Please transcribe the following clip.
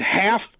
half